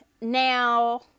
now